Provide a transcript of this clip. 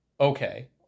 Okay